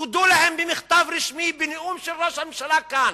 תודו להם במכתב רשמי, בנאום של ראש הממשלה כאן.